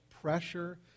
pressure